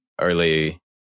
early